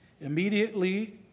immediately